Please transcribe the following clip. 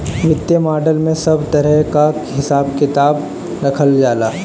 वित्तीय मॉडल में सब तरह कअ हिसाब किताब रखल जाला